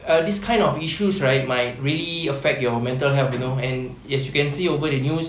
uh this kind of issues right might really affect your mental health you know and as you can see over the news